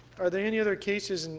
are there any other cases, and